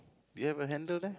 do you have a handle there